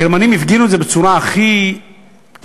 הגרמנים הפגינו את זה בצורה הכי קשה,